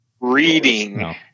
Reading